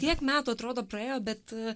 tiek metų atrodo praėjo bet